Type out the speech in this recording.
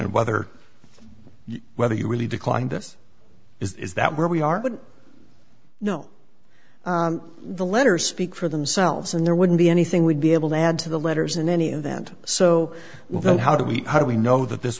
and whether whether you really declined this is that where we are but no the letters speak for themselves and there wouldn't be anything we'd be able to add to the letters in any event so well though how do we how do we know that this